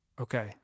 Okay